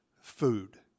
food